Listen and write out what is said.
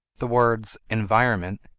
the words environment,